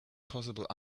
possible